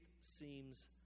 seems